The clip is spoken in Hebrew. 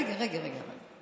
רגע, רגע, רגע.